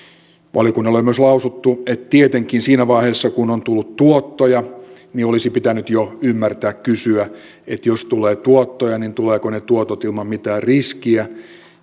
valiokunnalle on myös lausuttu että tietenkin siinä vaiheessa kun on tullut tuottoja olisi pitänyt jo ymmärtää kysyä että jos tulee tuottoja tulevatko ne tuotot ilman mitään riskiä